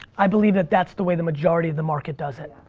i believe that that's the way the majority of the market does it.